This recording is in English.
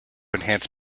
enhance